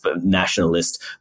nationalist